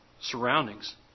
surroundings